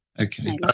Okay